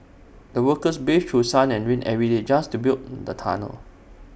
the workers braved through sun and rain every day just to build the tunnel